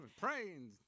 praying